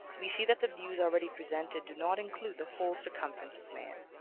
we see that the views already presented do not include the whole circumference of man.